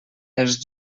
els